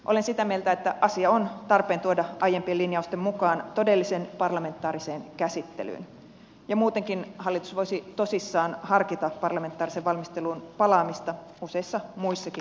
olen sitä mieltä että asia on tarpeen tuoda aiempien linjausten mukaan todelliseen parlamentaariseen käsittelyyn ja muutenkin hallitus voisi tosissaan harkita parlamentaariseen valmisteluun palaamista useissa muissakin merkittävissä asioissa